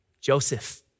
Joseph